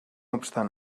obstant